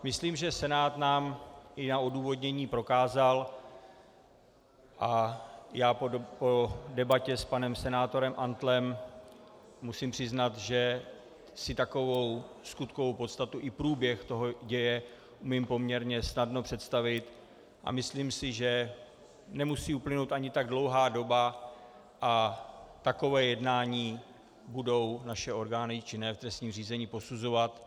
Myslím, že Senát nám i na odůvodnění prokázal, a já po debatě s panem senátorem Antlem musím přiznat, že si takovou skutkovou podstatu i průběh děje umím poměrně snadno představit, a myslím si, že nemusí uplynout ani tak dlouhá doba a takové jednání budou naše orgány činné v trestním řízení posuzovat.